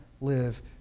live